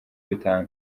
bitanga